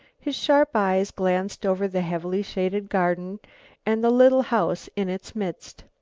his sharp eyes glanced over the heavily shaded garden and the little house in its midst.